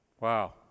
Wow